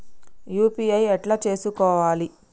UPI ఎట్లా చేసుకోవాలి?